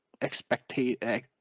expectate